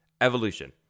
evolution